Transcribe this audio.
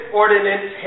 ordinance